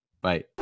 Bye